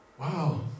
wow